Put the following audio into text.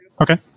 Okay